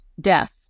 death